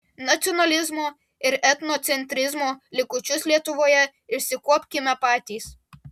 nacionalizmo ir etnocentrizmo likučius lietuvoje išsikuopkime patys